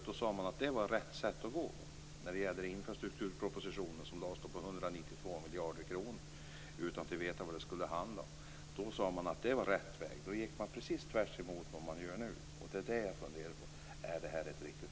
Då sades det vara rätt sätt för infrastrukturpropositionen - som omfattade 192 miljarder kronor. Nu görs precis tvärtom. Är det riktigt?